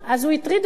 אז הוא הטריד אותי,